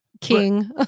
King